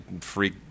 freak